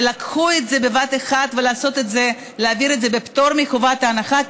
שלקחו את זה בבת אחת להעביר את זה בפטור מחובת ההנחה,